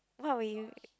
what were you